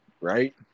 right